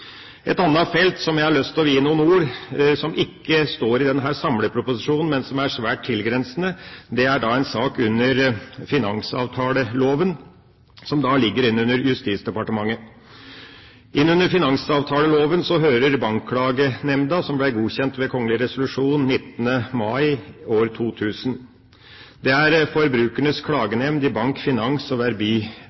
Et annet felt som jeg har lyst til å vie noen ord, som ikke står i denne samleproposisjonen, men som er svært tilgrensende, er en sak under finansavtaleloven, som ligger innunder Justisdepartementet. Innunder finansavtaleloven hører Bankklagenemnda, som ble godkjent ved kgl. resolusjon 19. mai 2000. Det er forbrukernes klagenemnd for bank-, finans- og